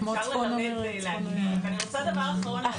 אני רוצה דבר אחרון,